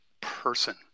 person